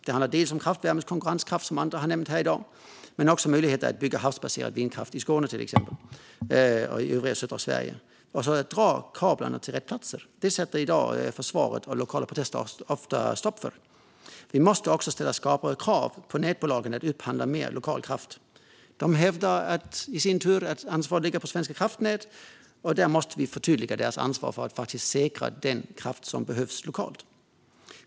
Det handlar dels om kraftvärmens konkurrenskraft, som andra har nämnt här i dag, dels om möjligheter att bygga havsbaserad vindkraft till i exempel i Skåne och södra Sverige och att dra kablarna till rätt platser. Det sätter i dag försvaret och lokala protester ofta stopp för. Vi måste också ställa skarpare krav på nätbolagen att upphandla mer lokal kraft. De hävdar i sin tur att ansvaret ligger på Svenska kraftnät. Där måste vi förtydliga nätbolagens ansvar för att säkra den kraft som behövs lokalt.